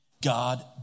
God